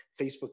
Facebook